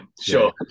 Sure